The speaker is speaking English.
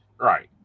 Right